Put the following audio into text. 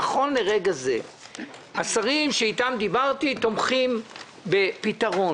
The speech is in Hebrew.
נכון לרגע זה השרים שאיתם דיברתי תומכים בפתרון,